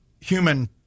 human